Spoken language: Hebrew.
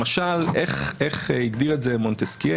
למשל, איך הגדיר את זה מונטסקייה?